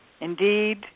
indeed